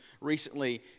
recently